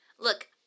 Look